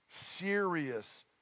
Serious